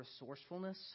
resourcefulness